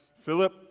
Philip